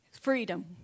freedom